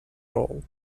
role